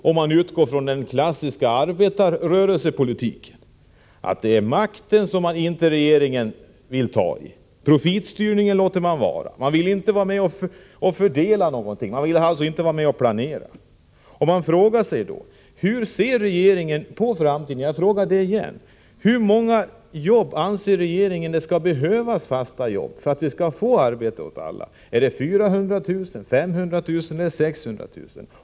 Om man utgår från den klassiska arbetarrörelsens politik finner man att orsakerna till detta är följande: Maktfrågorna vill regeringen inte ta tag i, profitstyrningen låter man vara, man vill inte vara med och fördela någonting, man vill alltså inte vara med och planera. Man frågar sig då: Hur ser regeringen på framtiden? Jag upprepar den frågan. Hur många fasta jobb anser regeringen att det behövs för att förverkliga målet arbete åt alla: 400 000, 500 000 eller 600 000?